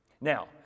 Now